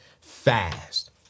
fast